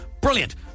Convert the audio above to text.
brilliant